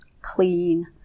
clean